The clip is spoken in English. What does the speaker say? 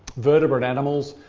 vertebrate animals